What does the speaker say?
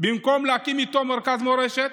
במקום להקים איתו מרכז מורשת.